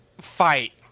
fight